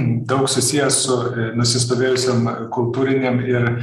daug susiję su nusistovėjusiom kultūrinėm ir